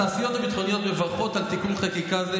התעשיות הביטחוניות מברכות על תיקון חקיקה זה,